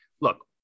look